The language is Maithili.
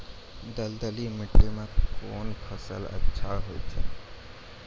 दलदली माटी म कोन फसल अच्छा होय छै?